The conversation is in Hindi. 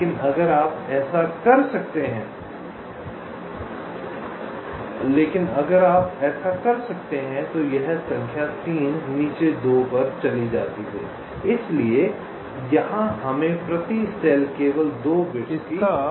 लेकिन अगर आप ऐसा कर सकते हैं तो यह संख्या 3 नीचे 2 पर चली जाती है इसलिए यहां हमें प्रति सेल केवल 2 बिट्स की आवश्यकता है